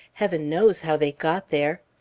heaven knows how they got there!